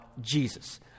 Jesus